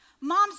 Moms